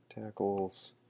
tackles